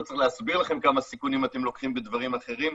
לא צריך להסביר לכם כמה סיכונים אתם לוקחים בדברים אחרים,